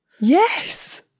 Yes